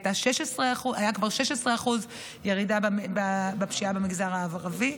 הייתה כבר 16% ירידה בפשיעה במגזר הערבי.